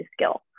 skill